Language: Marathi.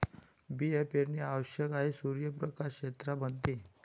बिया पेरणे आवश्यक आहे सूर्यप्रकाश क्षेत्रां मध्ये